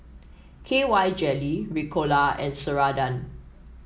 K Y Jelly Ricola and Ceradan